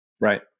Right